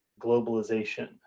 globalization